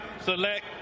select